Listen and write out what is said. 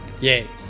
Yay